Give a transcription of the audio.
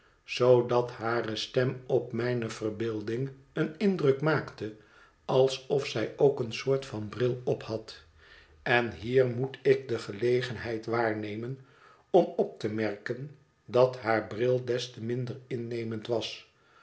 zoodat hare stem op mijne verbeelding een indruk maakte alsof zij ook een soort van bril op had en hier moet ik de gelegenheid waarnemen om op te merken dat haar bril des te minder innemend was